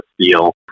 steel